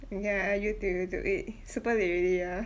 ya err you too you too eh super late already ah